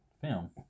film